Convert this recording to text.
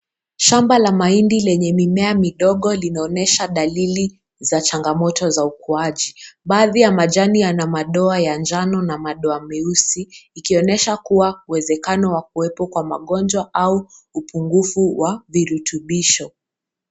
Shamba la mahindi lenye mimea midogo, linaonyesha dalili za changamoto za ukuaji. Baadhi ya majani yana madoa ya njano, na madoa meusi, ikionyesha kuwa uwezekano wa kuwepo kwa magonjwa, au upungufu wa virutubisho.